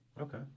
Okay